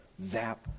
Zap